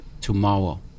tomorrow